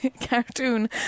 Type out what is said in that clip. cartoon